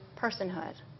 personhood